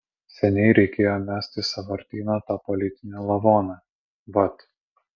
seniai reikėjo mest į sąvartyną tą politinį lavoną vat